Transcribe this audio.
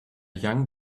young